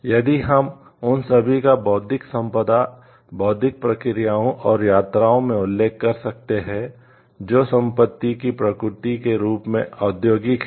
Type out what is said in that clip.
यदि हम उन सभी का बौद्धिक संपदा बौद्धिक प्रक्रियाओं और यात्राओं में उल्लेख कर सकते हैं जो संपत्ति की प्रकृति के रूप में औद्योगिक हैं